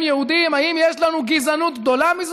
גזען הוא,